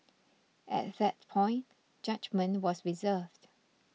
at that point judgement was reserved